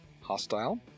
hostile